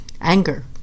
Anger